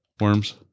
Worms